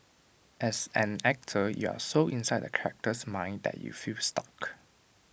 as an actor you are so inside the character's mind that you feel stuck